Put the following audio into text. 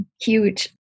huge